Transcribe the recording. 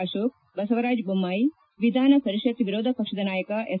ಅಶೋಕ್ ಬಸವರಾಜ್ ಬೊಮ್ಲಾಯಿ ವಿಧಾನಪರಿಷತ್ ವಿರೋಧ ಪಕ್ಷದ ನಾಯಕ ಎಸ್